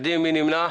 מי נמנע?